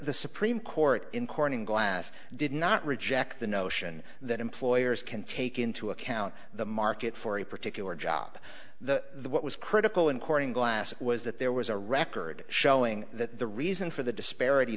the supreme court in corning glass did not reject the notion that employers can take into account the market for a particular job the what was critical in corning glass was that there was a record showing that the reason for the disparity